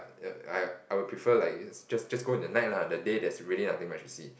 I I I I will prefer like just just go in the night the day there's really nothing much to see